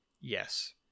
Yes